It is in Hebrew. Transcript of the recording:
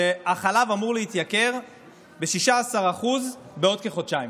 שהחלב אמור להתייקר ב-16% בעוד כחודשיים.